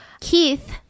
Keith